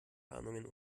warnungen